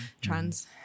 trans